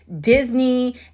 Disney